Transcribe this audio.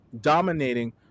dominating